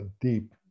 deep